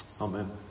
Amen